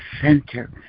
center